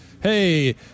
hey